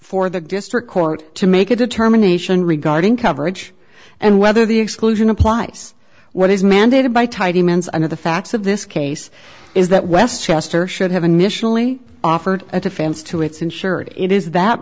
for the district court to make a determination regarding coverage and whether the exclusion applies what is mandated by tie demands under the facts of this case is that westchester should have an initially offered at offense to its insurer it is that